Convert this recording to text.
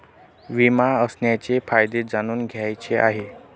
विमा असण्याचे फायदे जाणून घ्यायचे आहे